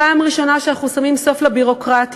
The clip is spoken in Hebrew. פעם ראשונה שאנחנו שמים סוף לביורוקרטיה,